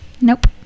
Nope